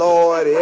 Lord